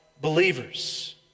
believers